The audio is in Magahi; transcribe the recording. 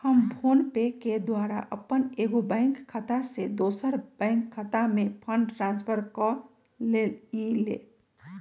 हम फोनपे के द्वारा अप्पन एगो बैंक खता से दोसर बैंक खता में फंड ट्रांसफर क लेइले